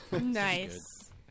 Nice